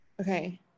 okay